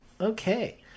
Okay